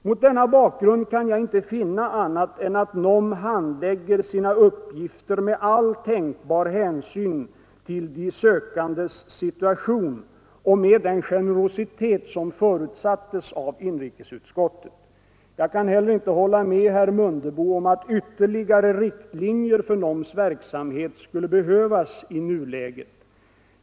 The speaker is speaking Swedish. Mot denna bakgrund kan jag inte finna annat än att NOM handlägger sina uppgifter med all tänkbar hänsyn till de sökandes situation och med den generositet som förutsattes av inrikesutskottet. Jag kan inte heller hålla med herr Mundebo om att ytterligare riktlinjer för NOM:s verksamhet skulle behövas i nuläget.